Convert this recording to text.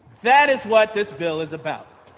that is what this bill is about.